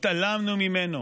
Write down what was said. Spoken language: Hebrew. התעלמנו ממנו.